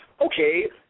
Okay